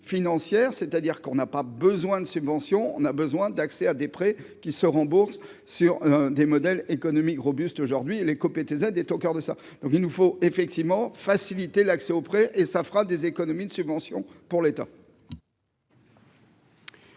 c'est-à-dire qu'on n'a pas besoin de subventions, on a besoin d'accès à des prêts qui se rembourse sur des modèles économiques robustes aujourd'hui les co-PTZ est au coeur de ça, donc il nous faut effectivement faciliter l'accès auprès et ça fera des économies de subventions pour l'État.